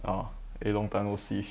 orh eh long time no see